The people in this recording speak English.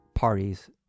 parties